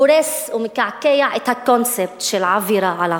הורס ומקעקע את הקונספט של עבירה על החוק,